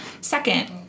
second